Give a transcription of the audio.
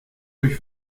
euch